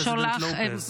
like President Lopez,